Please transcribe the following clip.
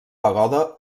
pagoda